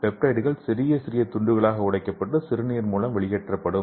பெப்டைடுகள் சிறிய சிறிய துண்டுகளாக உடைக்கப்பட்டு சிறுநீர் மூலம் வெளியேற்றப்படும்